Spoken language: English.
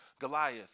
Goliath